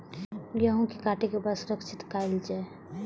गेहूँ के काटे के बाद सुरक्षित कायल जाय?